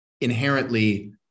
inherently